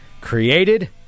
created